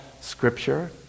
scripture